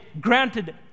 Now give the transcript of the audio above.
granted